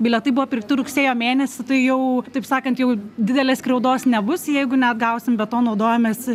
bilietai buvo pirkti rugsėjo mėnesį tai jau taip sakant jau didelės skriaudos nebus jeigu neatgausim be to naudojamės